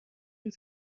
روز